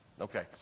Okay